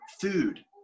food